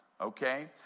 okay